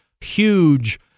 huge